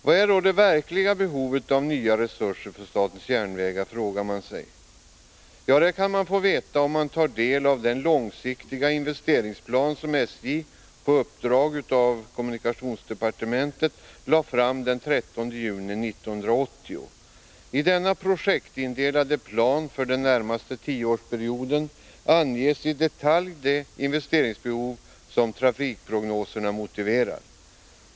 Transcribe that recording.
Vad är då det verkliga behovet av nya resurser för statens järnvägar? frågar man sig. Ja, det kan man få veta om man tar del av den långsiktiga investeringsplan som SJ på uppdrag av kommunikationsdepartementet lade fram den 13 juni 1980. I denna projektindelade plan för den närmaste tioårsperioden anges i detalj de investeringsbehov som trafikprognoserna motiverar.